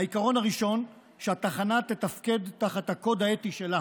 העיקרון הראשון, שהתחנה תתפקד תחת הקוד האתי שלה